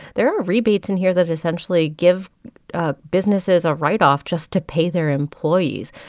there are rebates in here that, essentially, give ah businesses a write-off just to pay their employees.